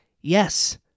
Yes